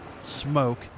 smoke